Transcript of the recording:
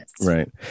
Right